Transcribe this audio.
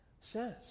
says